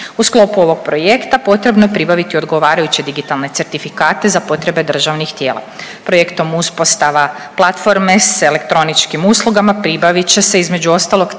U sklopu ovog projekta potrebno je pribaviti odgovarajuće digitalne certifikate za potrebe državnih tijela. Projektom uspostava platforme s elektroničkim uslugama pribavit će se između ostalog